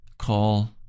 Call